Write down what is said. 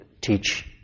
teach